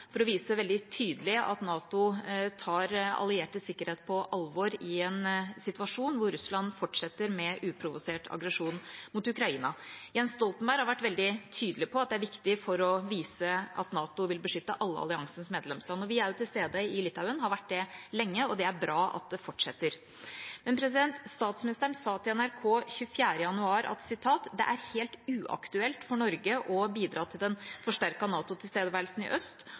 for å vise veldig tydelig at NATO tar alliertes sikkerhet på alvor i en situasjon hvor Russland fortsetter med uprovosert aggresjon mot Ukraina. Jens Stoltenberg har vært veldig tydelig på at det er viktig for å vise at NATO vil beskytte alle alliansens medlemsland. Vi er jo til stede i Litauen og har vært det lenge, og det er bra at det fortsetter. Men statsministeren sa til NRK den 24. januar at «det er helt uaktuelt» for Norge å bidra til den forsterkede NATO-tilstedeværelsen i øst.